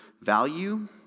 Value